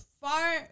far